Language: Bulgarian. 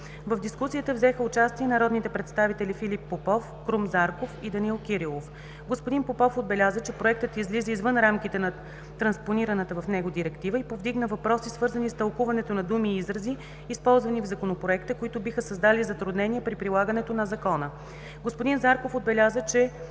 В дискусията взеха участие народните представители Филип Попов, Крум Зарков и Данаил Кирилов. Господин Попов отбеляза, че проектът излиза извън рамките на транспонираната в него директива и повдигна въпроси, свързани с тълкуването на думи и изрази, използвани в Законопроекта, които биха създали затруднения при прилагането на Закона. Господин Зарков отбеляза, че